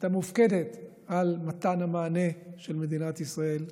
הייתה מופקדת על מתן מענה של מדינת ישראל לבג"ץ.